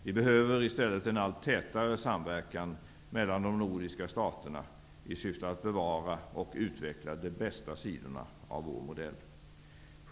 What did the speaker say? Vi behöver i stället en allt tätare samverkan mellan de nordiska staterna i syfte att bevara och utveckla de bästa sidorna av vår modell.